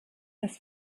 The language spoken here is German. das